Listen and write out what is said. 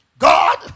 God